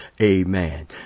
amen